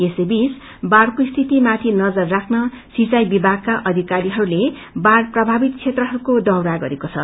यसैबीच बाढ़को स्थिात माथि नजर राख्न सिंचाई विभागका अधिकारीहरूले बाढ़ प्रभावित क्षेत्रहरूको दौड़हा गरेको छ